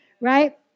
right